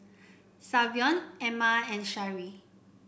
Savion Emma and Sharee